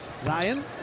Zion